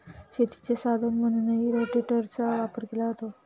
शेतीचे साधन म्हणूनही रोटेटरचा वापर केला जातो